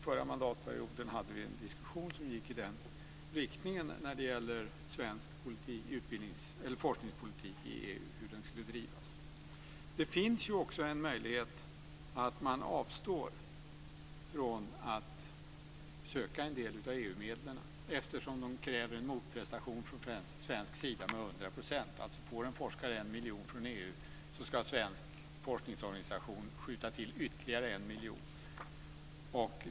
Förra mandatperioden hade vi en diskussion som gick i den riktningen när det gällde hur svensk forskningspolitik skulle drivas i EU. Det finns också en möjlighet att man avstår från att söka en del av EU-medlen eftersom de kräver en motprestation från svensk sida med 100 %. Får en forskare 1 miljon från EU ska en svensk forskningsorganisation skjuta till ytterligare 1 miljon.